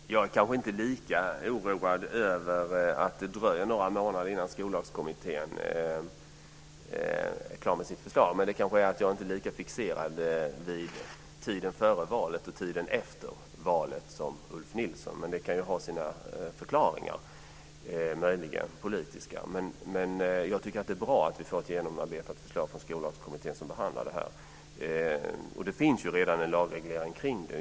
Herr talman! Jag är kanske inte lika oroad över att det dröjer några månader innan Skollagskommittén är klar med sitt förslag. Men det kan bero på att jag inte är lika fixerad vid tiden före valet och tiden efter valet som Ulf Nilsson är. Det kan möjligen ha sina politiska förklaringar. Men jag tycker att det är bra att vi får ett genomarbetat förslag från Skollagskommittén som behandlar det här problemet. Det finns ju redan en lagreglering kring det.